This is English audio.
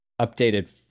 updated